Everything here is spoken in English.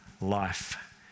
life